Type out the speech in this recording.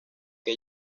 que